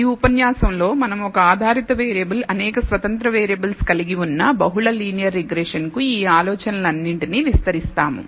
ఈ ఉపన్యాసంలో మనం ఒక ఆధారిత వేరియబుల్ అనేక స్వతంత్ర వేరియబుల్స్ కలిగి ఉన్న బహుళ లీనియర్ రిగ్రెషన్ కు ఈ ఆలోచనలన్నింటినీ విస్తరిస్తాము